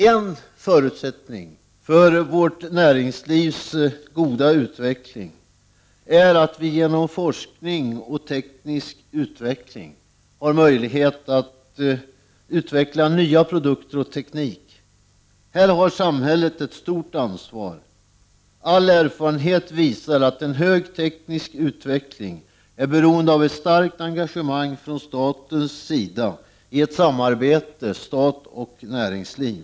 En förutsättning för vårt näringslivs goda utveckling är att vi genom forskning och teknisk utveckling har möjlighet att ta fram nya produkter och ny teknik. Här har samhället ett stort ansvar. All erfarenhet visar att en hög teknisk utveckling är beroende av ett starkt engagemang från statens sida i ett samarbete mellan stat och näringsliv.